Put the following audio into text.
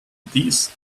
these